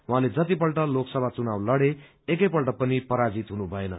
उहाँले जतिपल्ट लोकसभा चुनाव लड़े एकैपल्ट पनि पराजित हुनुभएन